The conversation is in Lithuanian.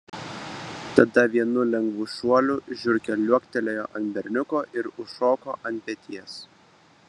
tada vienu lengvu šuoliu žiurkė liuoktelėjo ant berniuko ir užšoko ant peties